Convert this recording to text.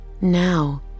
Now